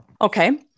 Okay